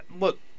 look